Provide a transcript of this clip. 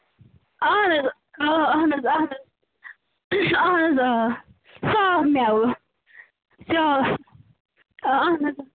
اَہَن حظ آ اَہَن حظ اہَن حظ اَہَن حظ آ صاف میٚوٕ چال اَہَن حظ